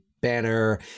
Banner